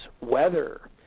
weather